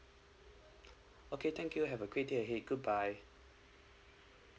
okay thank you have a great day ahead goodbye